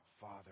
Father